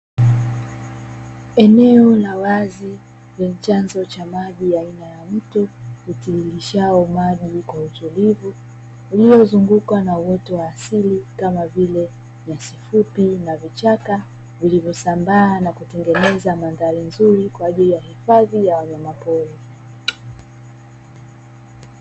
Eneo la wazi lenye chanzo cha maji aina ya mto utiririshao maji kwa utulivu lililozungukwa na uoto wa asili kama vile nyasi fupi na vichaka vilivyosambaa na kutengeneza mandhari nzuri kwa ajili ya hifadhi ya wanyama pori.